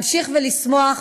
להמשיך ולשמוח,